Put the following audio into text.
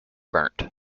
burnt